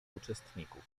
uczestników